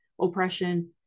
oppression